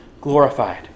glorified